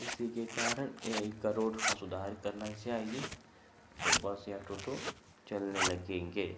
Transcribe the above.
इसी के कारण यहाँ का रोड का सुधार करना चाहिए तो बस या टोटो चलने लगेंगे